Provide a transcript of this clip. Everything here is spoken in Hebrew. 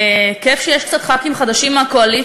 כיף שיש קצת חברי כנסת חדשים מהקואליציה,